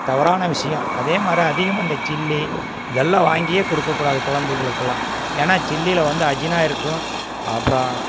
தவறான விஷியம் அதேமாரி அதிகமாக இந்த சில்லி இதெல்லாம் வாங்கியே கொடுக்கக்கூடாது குழந்தைகளுக்கெலாம் ஏன்னா சில்லியில வந்து அஜினா இருக்கும் அப்புறோம்